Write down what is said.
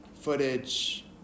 footage